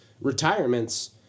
retirements